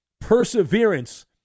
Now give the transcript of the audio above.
perseverance